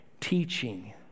teaching